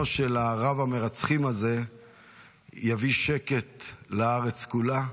של רב-המרצחים הזה יביא שקט לארץ כולה,